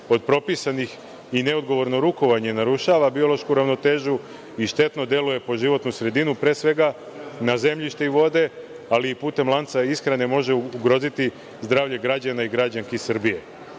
od propisanih i neodgovorno rukovanje narušava biološku ravnotežu i štetno deluje po životnu sredinu, pre svega na zemljište i vode, ali i putem lanca ishrane može ugroziti zdravlje građana i građanki Srbije.